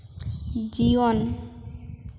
ᱡᱤᱭᱚᱱ